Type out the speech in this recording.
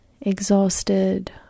exhausted